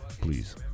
please